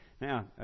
Now